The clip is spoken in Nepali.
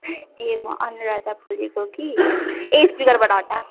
ए म अनुराधा बोलेको कि ए स्पिकरबाट हटा